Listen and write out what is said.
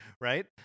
right